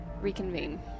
reconvene